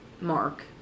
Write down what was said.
Mark